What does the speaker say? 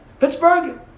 Pittsburgh